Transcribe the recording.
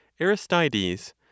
Aristides